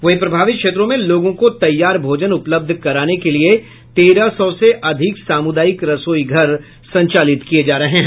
वहीं प्रभावित क्षेत्रों में लोगों को तैयार भोजन उपलब्ध कराने के लिए तेरह सौ से अधिक सामुदायिक रसोई घर संचालित किये जा रहे हैं